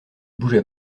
bougea